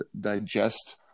digest